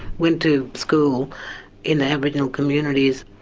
went to school in the aboriginal communities.